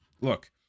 look